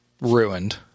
ruined